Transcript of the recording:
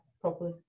properly